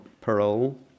parole